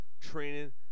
training